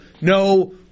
No